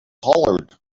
hollered